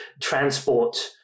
transport